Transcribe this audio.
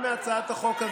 מה קורה?